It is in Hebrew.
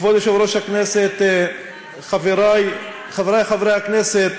כבוד יושב-ראש הכנסת, חברי חברי הכנסת,